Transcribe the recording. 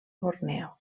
borneo